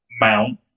mount